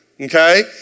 okay